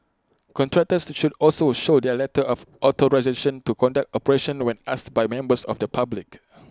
contractors should also show their letter of authorisation to conduct operations when asked by members of the public